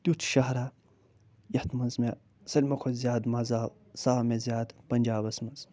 تیُتھ شہرا یَتھ منٛز مےٚ سٲلمو کھۄتہٕ زیادٕ مَزٕ آو سُہ آو مےٚ زیادٕ پنٛجابس منٛز